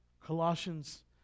Colossians